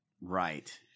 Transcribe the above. Right